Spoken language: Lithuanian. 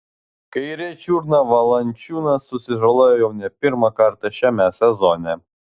kairę čiurną valančiūnas susižalojo jau ne pirmą kartą šiame sezone